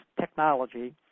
technology